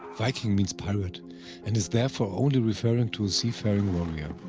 viking means pirate and is therefore only referring to a seafaring warrior.